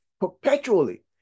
perpetually